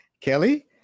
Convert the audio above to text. Kelly